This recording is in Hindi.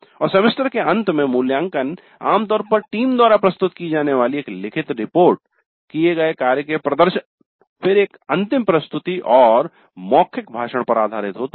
और सेमेस्टर के अंत में मूल्यांकन आम तौर पर टीम द्वारा प्रस्तुत की जाने वाली एक लिखित रिपोर्ट किए गए कार्य के प्रदर्शन फिर एक अंतिम प्रस्तुति और मौखिक भाषण पर आधारित होता है